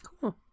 cool